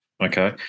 okay